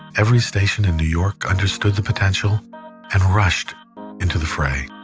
every station in new york understood the potential and rushed into the fray.